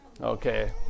Okay